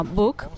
book